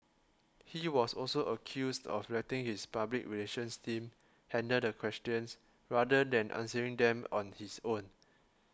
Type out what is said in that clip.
he was also accused of letting his public relations team handle the questions rather than answering them on his own